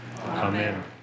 Amen